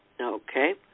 Okay